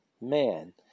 man